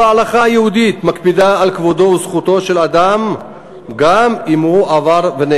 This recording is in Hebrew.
הכרה בצלמו של האסיר כאדם בעל זכויות אדם שיש לכבדן ולהבטיחן.